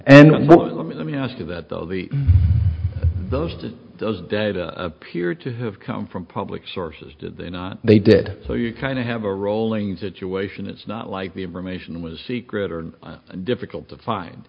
and let me ask you that though the those those data peer to have come from public sources did they not they did so you kind of have a rolling situation it's not like the information was secret or difficult to find